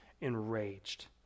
enraged